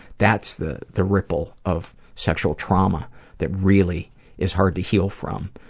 that's the the ripple of sexual trauma that really is hard to heal from.